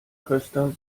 köster